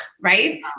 right